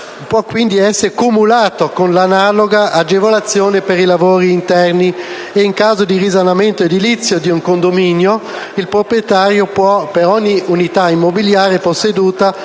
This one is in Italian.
può quindi essere cumulata con l'analoga agevolazione per i lavori interni e, in caso di risanamento edilizio di un condominio, il proprietario può, per ogni unità immobiliare posseduta,